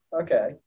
Okay